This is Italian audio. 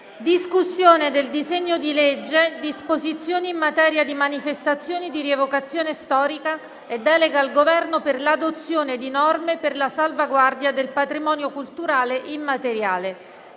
CAPARVI ed altri. -*** ***Disposizioni in materia di manifestazioni di rievocazione storica e delega al Governo per l'adozione di norme per la salvaguardia del patrimonio culturale immateriale***